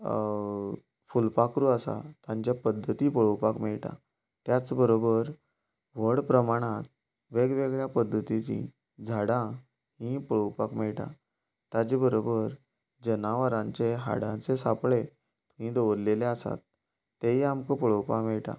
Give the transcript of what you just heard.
फुलपाखरू आसा हांचो पद्दती पळोवपाक मेळटा त्याच बरोबर व्हड प्रमाणांत वेगवेगळ्या पध्दतीचीं झाडां हीं पळोवपाक मेळटा ताजे बरोबर जनावरांचे हाडांचे सापळे हीं दवरलेलीं आसात तेंयी आमकां पळोवपाक मेळटात